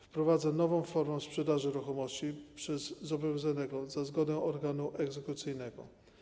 Wprowadza nową formę sprzedaży ruchomości przez zobowiązanego za zgodą organu egzekucyjnego.